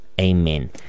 Amen